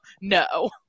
no